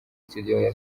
studio